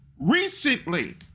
recently